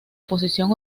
posición